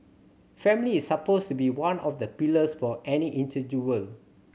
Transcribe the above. family is supposed to be one of the pillars for any